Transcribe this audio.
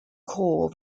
core